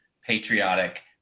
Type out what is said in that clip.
patriotic